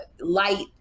light